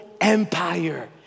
empire